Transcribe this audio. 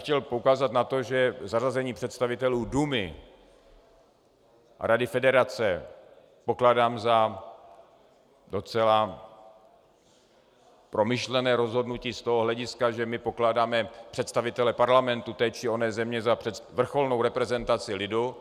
Chtěl bych poukázat na to, že zařazení představitelů Dumy a Rady federace pokládám za docela promyšlené rozhodnutí z toho hlediska, že my pokládáme představitele parlamentu té či oné země za vrcholnou reprezentaci lidu.